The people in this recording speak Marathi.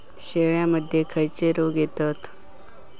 शेळ्यामध्ये खैचे रोग येतत?